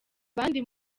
abandi